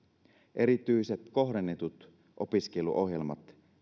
erityisiä kohdennettuja opiskeluohjelmia